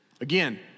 Again